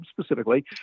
specifically